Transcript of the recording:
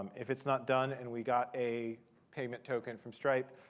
if it's not done and we got a payment token from stripe,